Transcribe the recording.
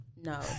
No